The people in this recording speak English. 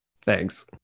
Thanks